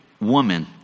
woman